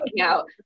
out